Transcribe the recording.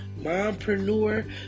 mompreneur